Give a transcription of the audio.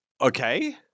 Okay